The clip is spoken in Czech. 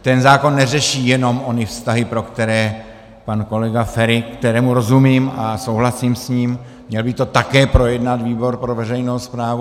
Ten zákon neřeší jenom ony vztahy, pro které pan kolega Feri kterému rozumím a souhlasím s ním, měl by to také projednat výbor pro veřejnou správu.